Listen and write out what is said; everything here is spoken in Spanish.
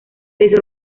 les